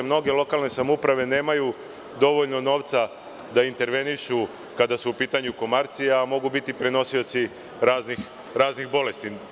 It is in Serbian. Mnoge lokalne samouprave nemaju dovoljno novca da intervenišu kada su u pitanju komarci, a mogu biti prenosioci raznih bolesti.